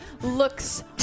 looks